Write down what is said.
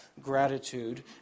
gratitude